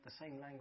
language